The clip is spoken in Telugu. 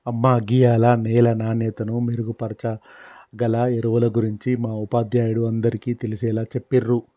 అమ్మ గీయాల నేల నాణ్యతను మెరుగుపరచాగల ఎరువుల గురించి మా ఉపాధ్యాయుడు అందరికీ తెలిసేలా చెప్పిర్రు